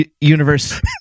Universe